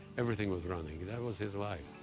everything was running. that was his life,